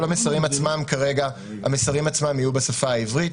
כל המסרים עצמם כרגע יהיו בשפה העברית,